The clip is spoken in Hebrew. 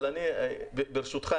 ברשותך,